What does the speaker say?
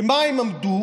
ומול מה הם עמדו?